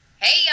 Hey